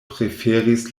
preferis